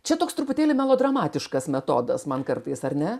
čia toks truputėlį melodramatiškas metodas man kartais ar ne